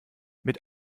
mit